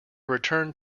returned